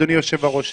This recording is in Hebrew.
אדוני היושב-ראש,